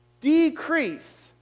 decrease